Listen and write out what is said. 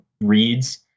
reads